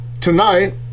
tonight